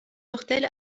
mortels